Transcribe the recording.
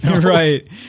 Right